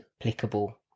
applicable